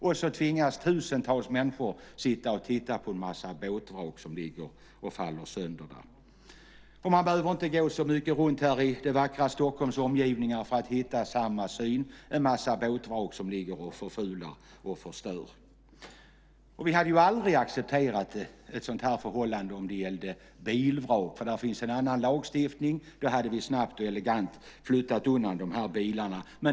Där måste tusentals människor sitta och titta på en massa båtvrak som ligger och faller sönder. Man behöver inte gå runt särskilt mycket i Stockholms vackra omgivningar innan man hittar samma syn: en massa båtvrak som förfular och förstör. Vi hade aldrig accepterat ett sådant förhållande om det gällde bilvrak. Där finns en annan lagstiftning. Vi hade då snabbt och elegant flyttat undan bilarna.